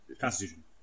Constitution